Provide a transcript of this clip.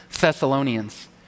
Thessalonians